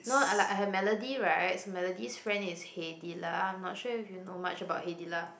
no like I have Melody right so Melody's friend is Heidi lah I'm not sure if you know much about Heidi lah